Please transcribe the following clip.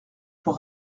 pour